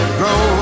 grow